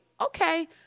Okay